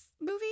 movie